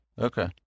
Okay